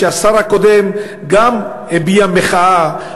שהשר הקודם גם הביע מחאה,